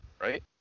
Right